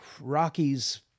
rockies